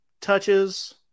touches